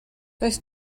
does